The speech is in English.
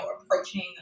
approaching